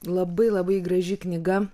labai labai graži knyga